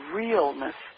realness